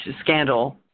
Scandal